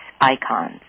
icons